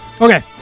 Okay